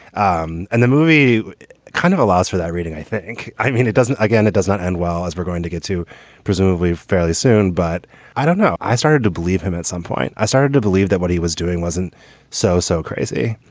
um and the movie kind of allows for that reading, i think. i mean, it doesn't again, it does not end well as we're going to get to presumably fairly soon. but i don't know. i started to believe him at some point. i started to believe that what he was doing wasn't so, so crazy,